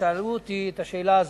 ושאלו אותי את השאלה הזאת: